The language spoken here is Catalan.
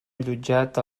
allotjat